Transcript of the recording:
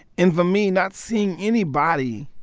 and for me, not seeing anybody,